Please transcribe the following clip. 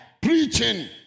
preaching